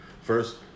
First